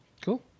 Cool